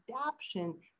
adaption